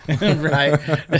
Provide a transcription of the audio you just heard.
Right